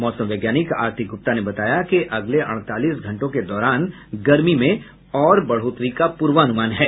मौसम वैज्ञानिक आरती गुप्ता ने बताया कि अगले अड़तालीस घंटों के दौरान गर्मी में और बढ़ोतरी का पूर्वानुमान है